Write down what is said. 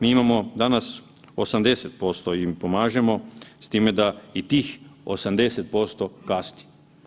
Mi imamo danas 80% im pomažemo s time da i tih 80% kasni.